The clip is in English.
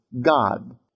God